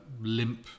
limp